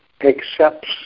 accepts